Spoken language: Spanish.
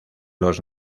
los